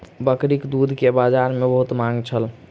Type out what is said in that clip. बकरीक दूध के बजार में बहुत मांग छल